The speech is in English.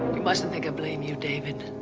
you mustn't think i blame you, david.